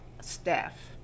staff